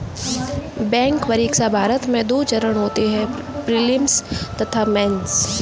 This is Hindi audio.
बैंक परीक्षा, भारत में दो चरण होते हैं प्रीलिम्स तथा मेंस